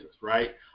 right